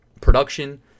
production